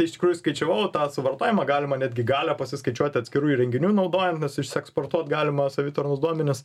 iš tikrųjų skaičiavau tą suvartojimą galima netgi galią pasiskaičiuot atskirų įrenginių naudojant nes išsieksportuot galima savitarnos duomenis